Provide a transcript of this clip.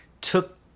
took